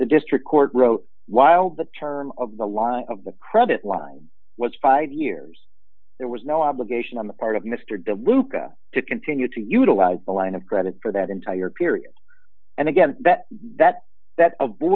the district court wrote while the term of the line of the credit line was five years there was no obligation on the part of mister deluca to continue to utilize the line of credit for that entire period and again that that